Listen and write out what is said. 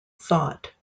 thought